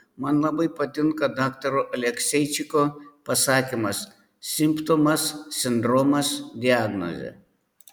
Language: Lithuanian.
man labai patinka daktaro alekseičiko pasakymas simptomas sindromas diagnozė